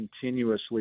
continuously